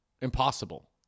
Impossible